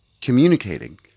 communicating